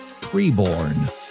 preborn